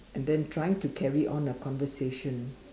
and then trying to carry on a conversation